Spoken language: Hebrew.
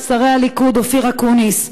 שרי הליכוד אופיר אקוניס,